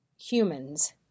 humans